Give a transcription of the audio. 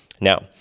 Now